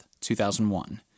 2001